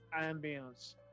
ambience